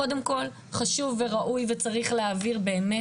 קודם כל חשוב וראוי וצריך להעביר באמת